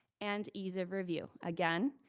and ease of review. again,